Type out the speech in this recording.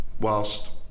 Whilst